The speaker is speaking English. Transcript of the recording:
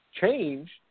change